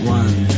one